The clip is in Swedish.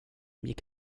gick